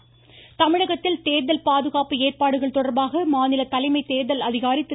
சத்யபிரத சாகு தமிழகத்தில் தேர்தல் பாதுகாப்பு ஏற்பாடுகள் தொடர்பாக மாநில தலைமை தேர்தல் அதிகாரி திரு